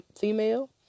female